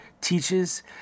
teaches